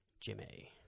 Jimmy